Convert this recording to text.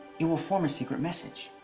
it will form a secret message.